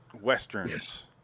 westerns